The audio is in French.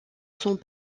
sont